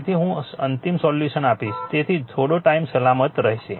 તેથી હું અંતિમ સોલ્યુશન આપીશ જેથી થોડો ટાઇમ સલામત રહેશે